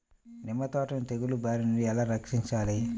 నిమ్మ తోటను తెగులు బారి నుండి ఎలా రక్షించాలి?